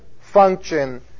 function